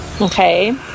Okay